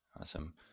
Awesome